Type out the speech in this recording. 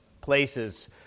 places